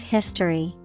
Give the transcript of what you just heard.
History